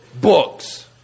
books